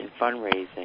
fundraising